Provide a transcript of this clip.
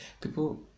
People